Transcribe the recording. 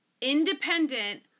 independent